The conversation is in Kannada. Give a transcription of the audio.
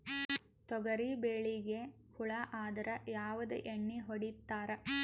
ತೊಗರಿಬೇಳಿಗಿ ಹುಳ ಆದರ ಯಾವದ ಎಣ್ಣಿ ಹೊಡಿತ್ತಾರ?